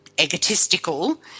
egotistical